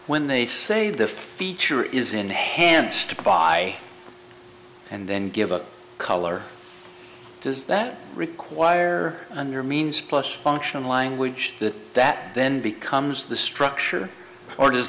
when they say the feature is enhanced by and then give a color does that require on your means plus functional language that that then becomes the structure or does